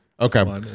Okay